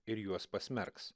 ir juos pasmerks